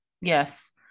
Yes